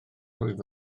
rwyf